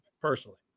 personally